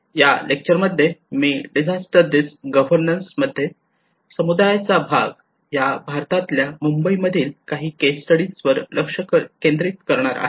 या लेक्चर मध्ये मी डिझास्टर रिस्क गव्हर्नन्स मध्ये समुदायाचा सहभाग या भारतातल्या मुंबईमधील काही केस स्टडीज वर लक्ष केंद्रित करणार आहे